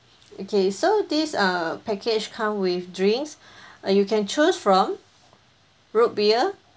okay so this err package come with drinks err you can choose from root beer